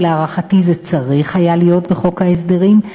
ולהערכתי זה צריך היה להיות בחוק ההסדרים,